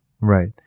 right